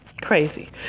Crazy